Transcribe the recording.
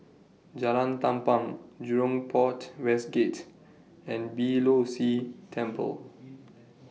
Jalan Tampang Jurong Port West Gate and Beeh Low See Temple